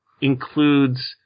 includes